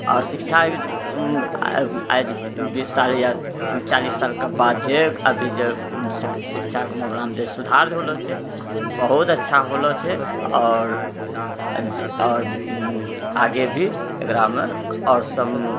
आओर शिक्षाके जे आइ बीस साल या चालीस सालके बाद जे अभी जे शिक्षाके मामिलामे जे सुधार होलऽ छै बहुत अच्छा होलऽ छै आओर जँ आओर आगे भी एकरामे आओर सब